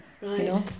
Right